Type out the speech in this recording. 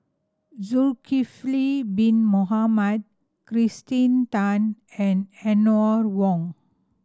Zulkifli Bin Mohamed Kirsten Tan and Eleanor Wong